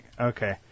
Okay